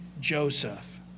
Joseph